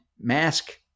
mask